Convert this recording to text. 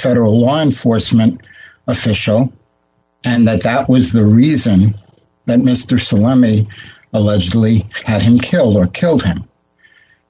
federal law enforcement official and that that was the reason that mr salami allegedly had him killed or killed him